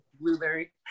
blueberry